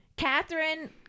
Catherine